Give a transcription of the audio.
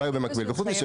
וחוץ מזה,